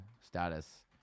status